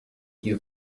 you